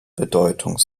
bedeutung